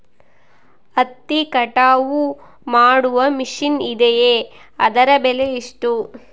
ಹತ್ತಿ ಕಟಾವು ಮಾಡುವ ಮಿಷನ್ ಇದೆಯೇ ಅದರ ಬೆಲೆ ಎಷ್ಟು?